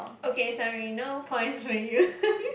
okay sorry no points for you